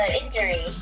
injury